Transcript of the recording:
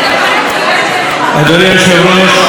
אדוני היושב-ראש,